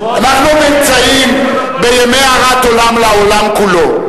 אנחנו נמצאים בימי הרת-עולם לעולם כולו.